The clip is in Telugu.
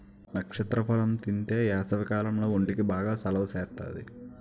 నక్షత్ర ఫలం తింతే ఏసవికాలంలో ఒంటికి బాగా సలవ సేత్తాది